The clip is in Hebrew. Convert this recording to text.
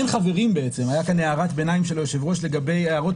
אין חברים בעצם הייתה כאן הערת ביניים של היושב-ראש לגבי הערות